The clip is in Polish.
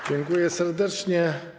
Dziękuję serdecznie.